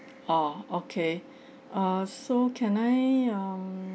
oh okay err so can I um